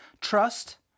trust